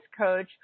coach